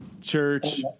church